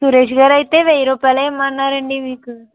సురేష్ గారు అయితే వెయ్యి రూపాయలు ఇవ్వమన్నారు అండి మీకు